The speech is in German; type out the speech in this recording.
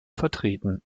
vertreten